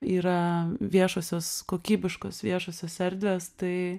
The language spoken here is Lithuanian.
yra viešosios kokybiškos viešosios erdvės tai